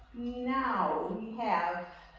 now we have